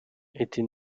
était